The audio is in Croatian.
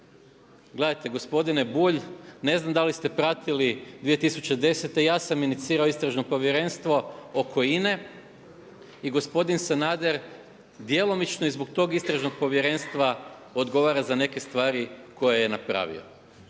Gledajte gospodine Bulj ne znam da li ste pratili 2010. ja sam inicirao istražno povjerenstvo oko INA-e i gospodin Sanader djelomično i zbog tog istražnog povjerenstva odgovara za neke stvari koje je napravio.